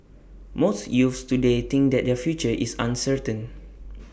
most youths today think that their future is uncertain